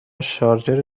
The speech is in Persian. شارژر